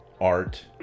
art